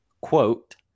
quote